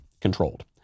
controlled